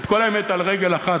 את כל האמת על רגל אחת,